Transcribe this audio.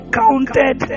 counted